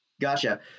Gotcha